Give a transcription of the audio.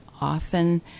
often